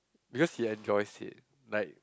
because he enjoys it like